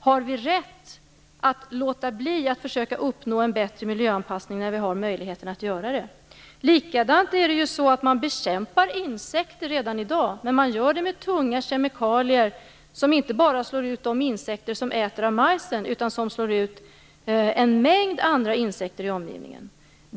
Har vi rätt att låta bli att försöka uppnå en bättre miljöanpassning när vi har möjligheten att göra det? Det är ju även så att man bekämpar insekter redan i dag, men man gör det med tunga kemikalier som inte bara slår ut de insekter som äter av majsen utan de slår även ut en mängd andra insekter i omgivningen.